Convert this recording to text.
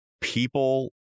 people